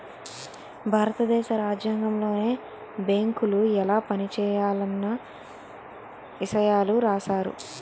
భారత దేశ రాజ్యాంగంలోనే బేంకులు ఎలా పనిజేయాలన్న ఇసయాలు రాశారు